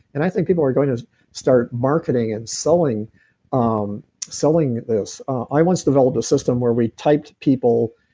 and i think people are going to start marketing and selling um selling this i once developed a system where we typed people,